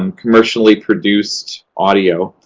um commercially produced audio.